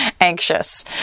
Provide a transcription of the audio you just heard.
anxious